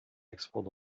export